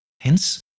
Hence